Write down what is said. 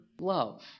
love